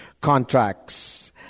contracts